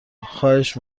خواهش